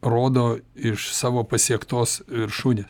rodo iš savo pasiektos viršūnės